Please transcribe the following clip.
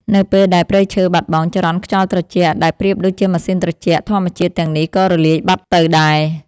នៅពេលដែលព្រៃឈើបាត់បង់ ចរន្តខ្យល់ត្រជាក់ដែលប្រៀបដូចជាម៉ាស៊ីនត្រជាក់ធម្មជាតិទាំងនេះក៏រលាយបាត់ទៅដែរ។